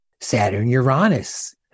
Saturn-Uranus